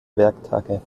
werktage